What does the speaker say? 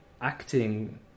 acting